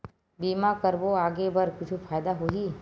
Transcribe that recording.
बीमा करबो आगे बर कुछु फ़ायदा होही?